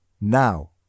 now